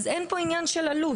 אין פה עניין של עלות.